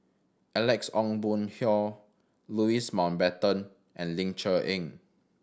Alex Ong Boon Hau Louis Mountbatten and Ling Cher Eng